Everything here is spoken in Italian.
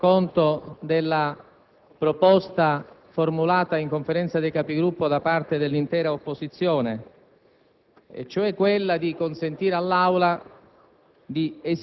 è la prima volta, in questa legislatura, che viene approvato un calendario a maggioranza. Ce ne dispiace.